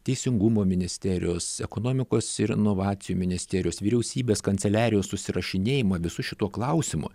teisingumo ministerijos ekonomikos ir inovacijų ministerijos vyriausybės kanceliarijos susirašinėjimą visu šituo klausimu